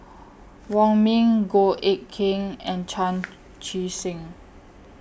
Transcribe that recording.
Wong Ming Goh Eck Kheng and Chan Chee Seng